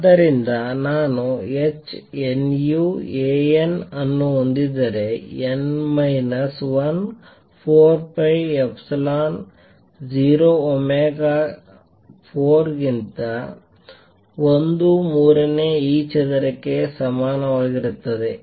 ಆದ್ದರಿಂದ ನಾನು h nu A n ಅನ್ನು ಹೊಂದಿದ್ದರೆ n minus 1 4 pi epsilon 0 omega 4 ಕ್ಕಿಂತ 1 ಮೂರನೇ e ಚದರಕ್ಕೆ ಸಮಾನವಾಗಿರುತ್ತದೆ